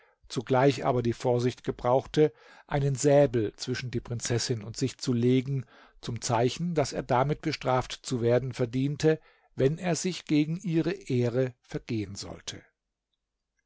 zugleich aber die vorsicht gebrauchte einen säbel zwischen die prinzessin und sich zu legen zum zeichen daß er damit bestraft zu werden verdiente wenn er sich gegen ihre ehre vergehen sollte